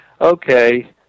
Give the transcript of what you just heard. okay